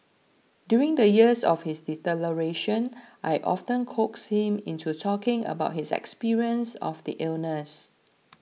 during the years of his deterioration I often coaxed him into talking about his experience of the illness